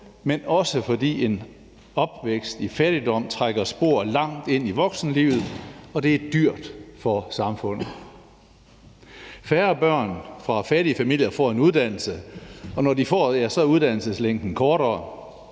men også, fordi en opvækst i fattigdom trækker spor langt ind i voksenlivet, og det er dyrt for samfundet. Færre børn fra fattige familier får en uddannelse, og når de får det, er uddannelseslængden kortere.